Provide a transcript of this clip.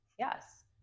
yes